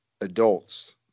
adults